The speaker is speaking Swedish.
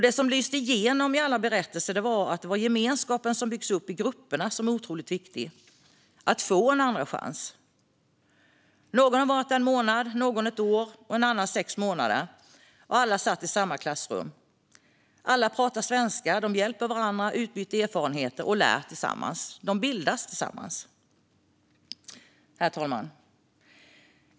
Det som lyste igenom i alla berättelser var att gemenskapen som byggs upp i grupperna är otroligt viktig. Det handlar om att få en andra chans. Någon hade varit där i en månad, någon i ett år och en annan i sex månader. Alla satt i samma klassrum. Alla pratade svenska. De hjälpte varandra, utbytte erfarenheter och lärde tillsammans. De bildades tillsammans. Herr talman!